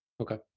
Okay